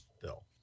bill